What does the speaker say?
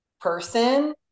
person